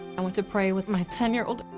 i went to pray with my ten year old.